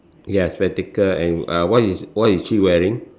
ya spectacle and uh what is what is he wearing